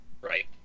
right